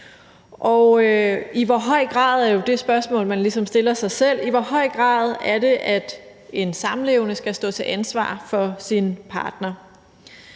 I hvor høj grad er det, at en samlevende skal stå til ansvar for sin partner?